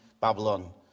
Babylon